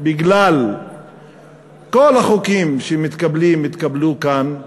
בגלל כל החוקים שמתקבלים, שהתקבלו כאן,